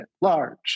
large